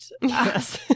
yes